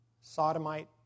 Sodomite